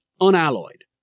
unalloyed